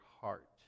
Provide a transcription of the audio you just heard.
heart